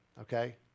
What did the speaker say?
okay